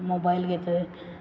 mobile घेताय